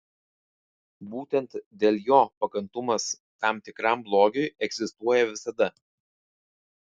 būtent dėl jo pakantumas tam tikram blogiui egzistuoja visada